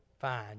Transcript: fine